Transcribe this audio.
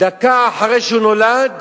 דקה אחרי שהוא נולד,